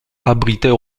abritait